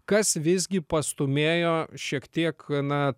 kas visgi pastūmėjo šiek tiek na